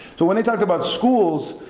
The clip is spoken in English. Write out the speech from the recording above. so when they talk about schools,